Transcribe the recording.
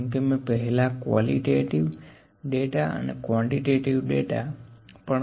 જેમ કે મેં પહેલા કવોલીટેટીવ ડેટા અને ક્વોન્ટીટેટીવ ડેટા પણ ઓર્ડીનલ હોઈ શકે છે